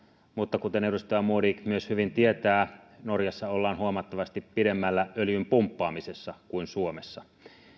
mutta kuten edustaja modig myös hyvin tietää norjassa ollaan huomattavasti pidemmällä öljyn pumppaamisessa kuin suomessa